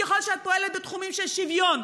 ככל שאת פועלת בתחומים של שוויון,